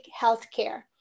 healthcare